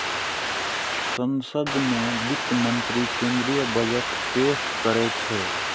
संसद मे वित्त मंत्री केंद्रीय बजट पेश करै छै